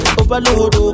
overload